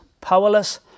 powerless